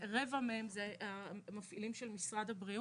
רבע מהם זה מפעילים של משרד הבריאות.